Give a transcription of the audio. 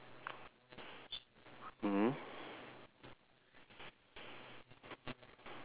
because m~ uh m~